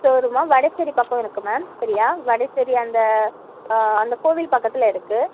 ஷோரூமா வடச்சேரி பக்கம் இருக்கும் மேம் சரியா வடச்சேரி அந்த அந்த கோவில் பக்கத்தில் இருக்கு